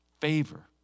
favor